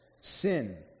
sin